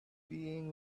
being